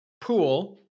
pool